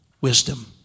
wisdom